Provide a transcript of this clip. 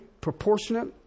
proportionate